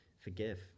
forgive